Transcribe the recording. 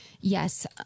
Yes